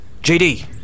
JD